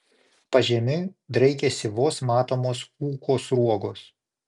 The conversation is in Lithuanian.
pažemiui draikėsi vos matomos ūko sruogos